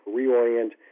reorient